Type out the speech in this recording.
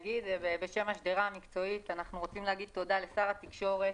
בשם השדרה המקצועית אנחנו רוצים להגיד תודה לשר התקשורת,